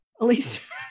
Elise